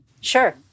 Sure